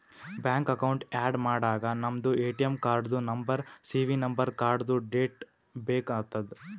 bank account add ಮಾಡಾಗ ನಮ್ದು ATM ಕಾರ್ಡ್ದು ನಂಬರ್ ಸಿ.ವಿ ನಂಬರ್ ಕಾರ್ಡ್ದು ಡೇಟ್ ಬೇಕ್ ಆತದ್